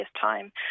time